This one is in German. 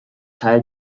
teil